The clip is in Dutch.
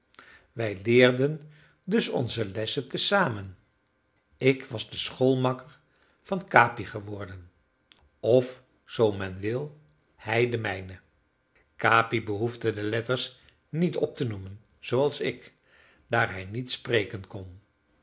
wij leerden dus onze lessen te zamen ik was de schoolmakker van capi geworden of zoo men wil hij de mijne capi behoefde de letters niet op te noemen zooals ik daar hij niet spreken kon